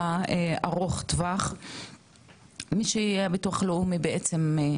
מי שהביטוח הלאומי בעצם נותן את